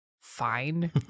fine